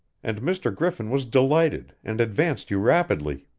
and mr. griffin was delighted and advanced you rapidly.